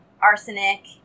arsenic